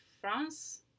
France